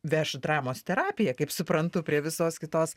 veš dramos terapiją kaip suprantu prie visos kitos